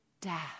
dad